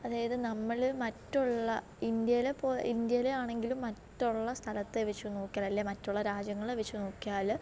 അതായത് നമ്മൾ മറ്റുള്ള ഇന്ത്യയിലെ ഇന്ത്യയിലെ ആണെങ്കിലും മറ്റുള്ള സ്ഥലത്തെ വെച്ച് നോക്കിയാൽ അല്ലെങ്കിൽ മറ്റുള്ള രാജ്യങ്ങളെ വെച്ച് നോക്കിയാൽ